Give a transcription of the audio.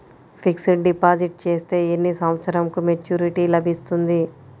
Fixed deposit చేస్తే ఎన్ని సంవత్సరంకు మెచూరిటీ లభిస్తుంది?